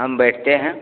हम बैठते हैं